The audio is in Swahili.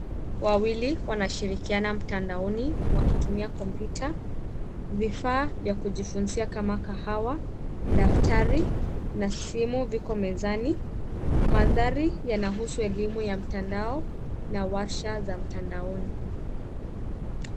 Watu wawili wanashirikiana mtandaoni wakitumia kompyuta. Vifaa vya kujifunzia kama kahawa, daftari na simu viko mezani. Mandhari yanahusu elimu ya mtandao na warsha za mtandaoni.